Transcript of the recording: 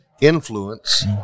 influence